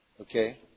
okay